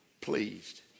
pleased